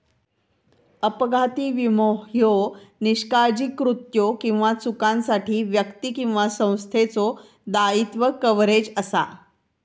अपघाती विमो ह्यो निष्काळजी कृत्यो किंवा चुकांसाठी व्यक्ती किंवा संस्थेचो दायित्व कव्हरेज असा